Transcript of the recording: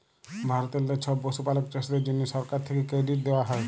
ভারতেললে ছব পশুপালক চাষীদের জ্যনহে সরকার থ্যাকে কেরডিট দেওয়া হ্যয়